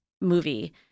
movie